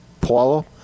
Paulo